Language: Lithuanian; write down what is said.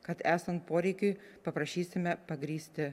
kad esant poreikiui paprašysime pagrįsti